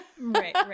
right